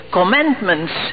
commandments